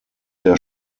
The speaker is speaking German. der